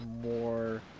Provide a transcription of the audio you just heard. more